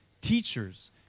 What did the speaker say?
teachers